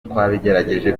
twabigerageje